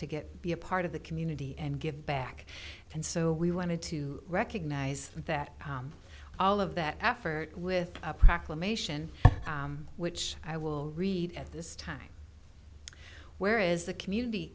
to get be a part of the community and give back and so we wanted to recognize that all of that effort with a proclamation which i will read at this time where is the community